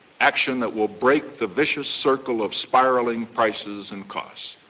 action that will break the vicious circle of spiraling prices and costs.